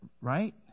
Right